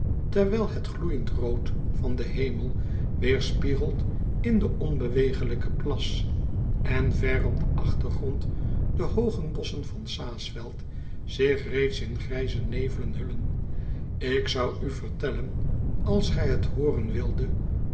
terwijl het gloeijend rood van den hemel weerspiegelt in den onbewegelijken plas en ver op den achtergrond de hooge bosschen van aesveld zich reeds in grijze nevelen hullen k zou u vertellen als gij t hooren wildet